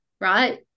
right